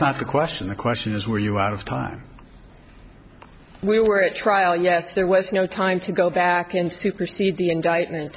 the question the question is were you out of time we were at trial yes there was no time to go back and supersede the indictment